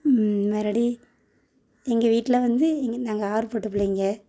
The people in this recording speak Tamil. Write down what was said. மறுபடி எங்கள் வீட்டில் வந்து இங்கே நாங்கள் ஆறு பொட்டை பிள்ளைங்கள்